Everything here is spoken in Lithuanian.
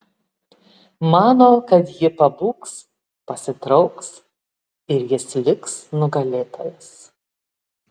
mano kad ji pabūgs pasitrauks ir jis liks nugalėtojas